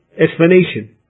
explanation